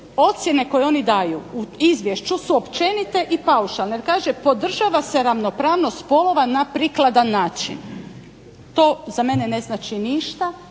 ocjene koje oni daju u izvješću su općenite i paušalne jer kaže podržava se ravnopravnost spolova na prikladan način. To za mene ne znači ništa